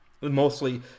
mostly